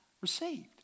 received